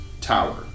tower